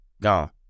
Gone